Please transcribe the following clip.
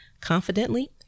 confidently